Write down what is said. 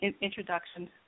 introduction